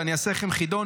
ואני אעשה לכם חידון,